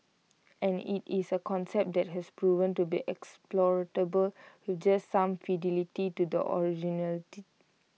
and IT is A concept that has proven to be exportable with just some fidelity to the original